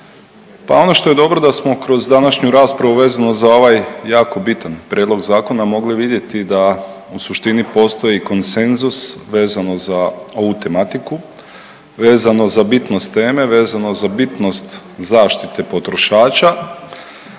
pa ono što je dobro da smo kroz današnju raspravu vezano za ovaj jako bitan prijedlog zakona mogli vidjeti da u suštini postoji konsenzus vezano za ovu tematiku, vezano za bitnost teme, vezano za bitnost zaštite potrošača.